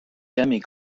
demi